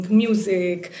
music